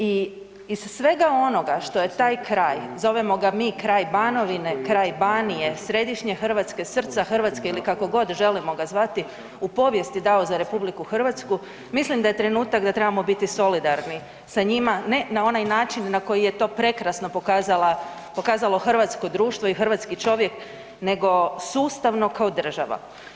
I iz svega onoga što je taj kraj, zovemo kraj Banovine, kraj Banije, središnje Hrvatske, srca Hrvatske ili kako god želimo ga zvati, u povijesti dao za RH, mislim da je trenutak da trebamo biti solidarni sa njima, ne na onaj način na koji je to prekasno pokazalo hrvatsko društvo i hrvatski čovjek nego sustavno kao država.